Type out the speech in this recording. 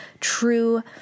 true